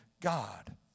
God